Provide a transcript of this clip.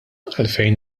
għalfejn